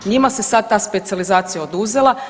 Njima se sad ta specijalizacija oduzela.